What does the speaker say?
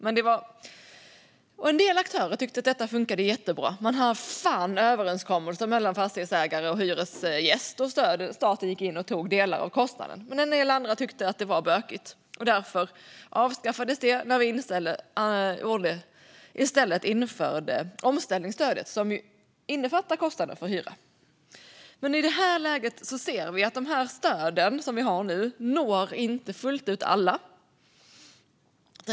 En del aktörer tyckte att det fungerade jättebra. Här fanns överenskommelser mellan fastighetsägare och hyresgäst, och staten gick in och tog delar av kostnaden. En del andra tyckte att det var bökigt. Därför avskaffades stödet när vi i stället införde omställningsstödet, som innefattar kostnaden för hyra. Men i det här läget ser vi att de stöd som vi nu har inte når fullt ut alla.